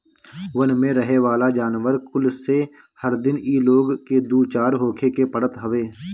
वन में रहेवाला जानवर कुल से हर दिन इ लोग के दू चार होखे के पड़त हवे